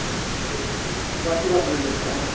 हाँ ठीक ठीक बाकी बात मिलने पर आयँ